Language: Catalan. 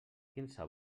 quinze